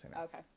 Okay